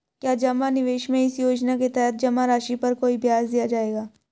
क्या जमा निवेश में इस योजना के तहत जमा राशि पर कोई ब्याज दिया जाएगा?